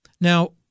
now